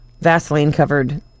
Vaseline-covered